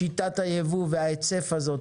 שיטת הייבוא וההיצף הזאת,